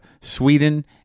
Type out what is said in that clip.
Sweden